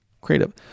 Creative